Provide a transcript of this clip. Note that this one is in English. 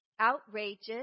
outrageous